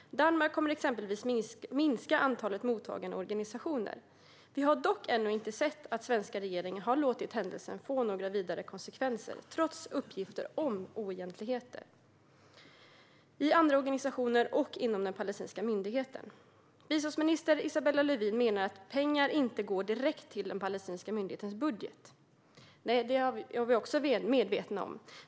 Danmark kommer exempelvis att minska antalet mottagande organisationer. Vi har dock ännu inte sett att den svenska regeringen har låtit händelsen få några vidare konsekvenser trots uppgifter om oegentligheter i andra organisationer och inom den palestinska myndigheten. Biståndsminister Isabella Lövin menar att pengar inte går direkt till den palestinska myndighetens budget. Nej, det är vi också medvetna om.